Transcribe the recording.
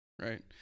right